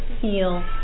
feel